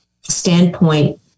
standpoint